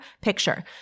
picture